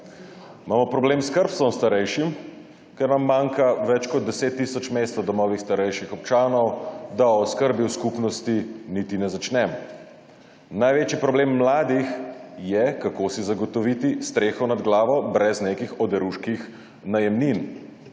imamo s skrbstvom starejših, ker nam manjka več kot 10 tisoč mest v domovih starejših občanov, da o oskrbi v skupnosti niti ne začnem. Največji problem mladih je, kako si zagotoviti streho nad glavo brez nekih oderuških najemnin.